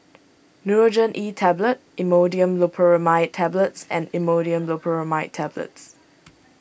Nurogen E Tablet Imodium Loperamide Tablets and Imodium Loperamide Tablets